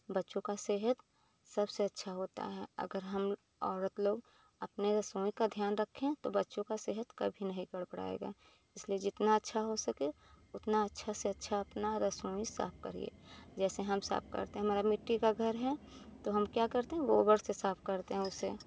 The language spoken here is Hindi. बच्चों की सेहत सबसे अच्छी होती है अगर हम औरत लोग अपने रसोई का ध्यान रखें तो बच्चों की सेहत कभी नहीं गबड़ाएगा इसलिए जितना अच्छा हो सके उतना अच्छा से अच्छा अपना रसोई साफ़ करिए जैसे हम साफ़ करते हैं मेरा मिट्टी का घर है तो हम क्या करते हैं गोबर से साफ़ करते हैं उसे